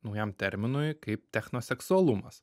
naujam terminui kaip technoseksualumas